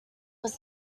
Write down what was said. was